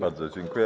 Bardzo dziękuję.